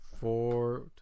four